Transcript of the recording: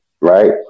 right